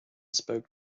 spoke